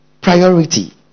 Priority